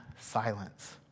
silence